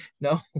no